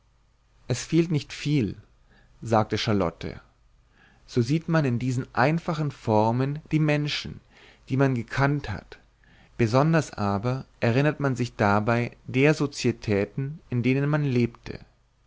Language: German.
es fehlt nicht viel sagte charlotte so sieht man in diesen einfachen formen die menschen die man gekannt hat besonders aber erinnert man sich dabei der sozietäten in denen man lebte